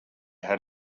had